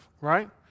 right